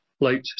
late